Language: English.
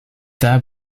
there